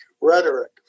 rhetoric